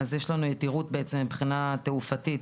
יש לנו יתרות מבחינה תעופתית.